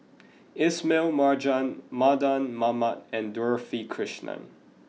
Ismail Marjan Mardan Mamat and Dorothy Krishnan